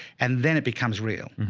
and then it becomes real.